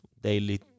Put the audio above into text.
daily